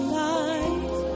life